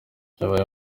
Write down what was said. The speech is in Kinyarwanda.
yabaye